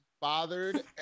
bothered